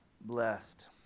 blessed